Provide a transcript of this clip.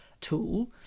tool